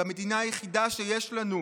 במדינה היחידה שיש לנו,